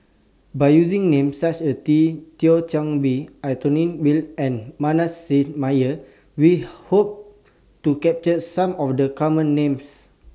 By using Names such as Tea Thio Chan Bee Anthony Miller and Manasseh Meyer We Hope to capture Some of The Common Names